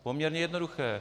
Poměrně jednoduché.